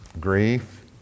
grief